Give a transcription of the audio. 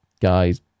guys